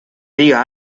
diga